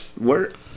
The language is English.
work